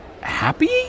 happy